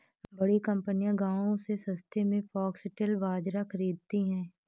बड़ी कंपनियां गांव से सस्ते में फॉक्सटेल बाजरा खरीदती हैं